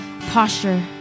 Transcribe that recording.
posture